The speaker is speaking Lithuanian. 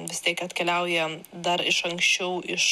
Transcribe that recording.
vis tiek atkeliauja dar iš anksčiau iš